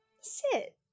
Sit